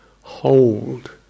hold